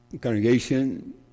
Congregation